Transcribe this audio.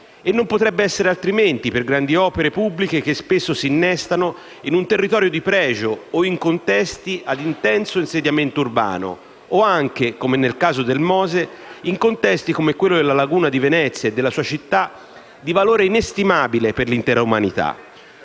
E non potrebbe essere altrimenti per grandi opere pubbliche, che spesso si innestano in un territorio di pregio o in contesti ad intenso insediamento urbano o anche, come nel caso del MOSE, in contesti come quello della laguna di Venezia e della sua città di valore inestimabile per l'intera umanità.